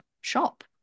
shop